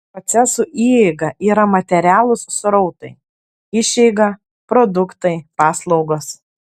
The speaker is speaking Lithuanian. procesų įeiga yra materialūs srautai išeiga produktai paslaugos